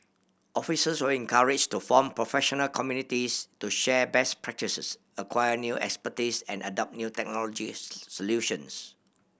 officers will be encouraged to form professional communities to share best practices acquire new expertise and adopt new technology solutions